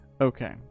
Okay